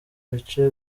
bice